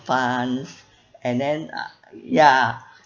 funds and then uh ya